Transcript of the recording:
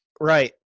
Right